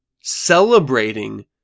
celebrating